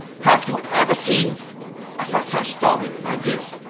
have you ever seen a success story and like this,